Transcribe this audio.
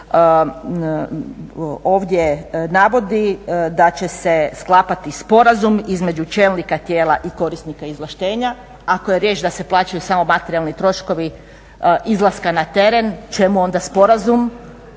ovdje navodi da će se sklapati sporazum između čelnika tijela i korisnika izvlaštenja. Ako je riječ da se plaćaju samo materijalni troškovi izlaska na teren čemu onda sporazum,